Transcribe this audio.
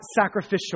sacrificial